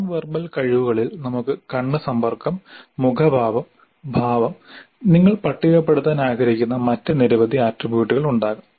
non verbal കഴിവുകളിൽ നമുക്ക് കണ്ണ് സമ്പർക്കം മുഖഭാവം ഭാവം നിങ്ങൾ പട്ടികപ്പെടുത്താൻ ആഗ്രഹിക്കുന്ന മറ്റ് നിരവധി ആട്രിബ്യൂട്ടുകൾ ഉണ്ടാകാം